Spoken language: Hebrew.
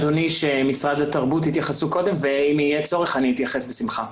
אדוני שמשרד התרבות יתייחסו קודם ואם יהיה צורך אני אתייחס בשמחה.